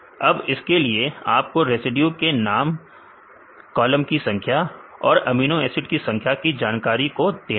अब इसके लिए आपको रेसिड्यू का नाम कॉलम की संख्या और अमीनो एसिड की संख्या की जानकारी को देना होगा